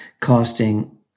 costing